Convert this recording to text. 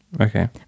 Okay